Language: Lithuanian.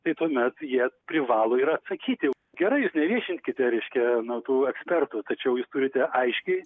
tai tuomet jie privalo ir atsakyti gerai jūs neviešinkite reiškia na tų ekspertų tačiau jūs turite aiškiai